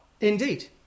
Indeed